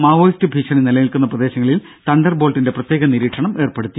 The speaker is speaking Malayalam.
മാവോയിസ്റ്റ് ഭീഷണി നിലനിൽക്കുന്ന പ്രദേശങ്ങളിൽ തണ്ടർ ബോൾട്ടിന്റെ പ്രത്യേക നിരീക്ഷണം ഏർപ്പെടുത്തി